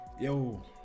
Yo